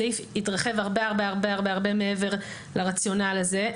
הסעיף התרחב הרבה, הרבה, הרבה מעבר לרציונל הזה.